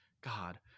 God